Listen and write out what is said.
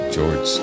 George